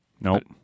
nope